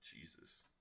Jesus